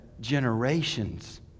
generations